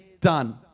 done